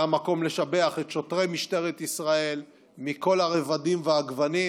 זה המקום לשבח את שוטרי משטרת ישראל מכל הרבדים והגוונים,